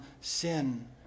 sin